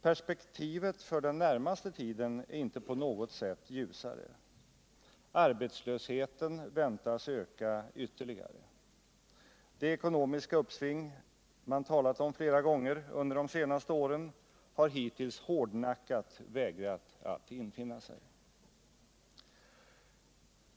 Perspektivet för den närmaste tiden är inte på något sätt ljusare. Arbetslösheten väntas öka ytterligare. Det ekonomiska uppsving man talat om flera gånger under de senaste åren har hittills hårdnackat vägrat att infinna sig.